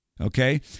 Okay